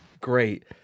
great